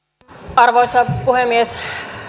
arvoisa puhemies